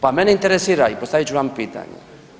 Pa mene interesira, i postavit ću vam pitanje.